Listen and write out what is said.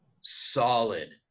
solid